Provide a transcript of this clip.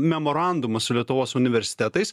memorandumą su lietuvos universitetais